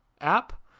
app